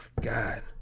God